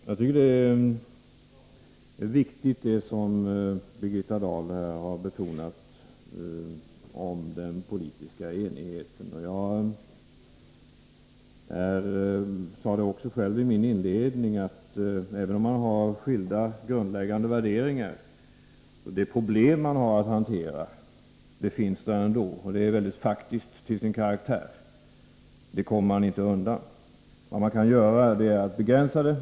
Fru talman! Det som Birgitta Dahl här har betonat om den politiska enigheten tycker jag är viktigt. Jag sade också själv i min inledning att även om man har skilda grundläggande värderingar så finns ändå det problem man har att hantera, och det är mycket faktiskt till sin karaktär — det kommer man inte undan. Vad man kan göra är att begränsa det.